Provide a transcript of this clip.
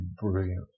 brilliant